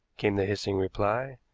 came the hissing reply.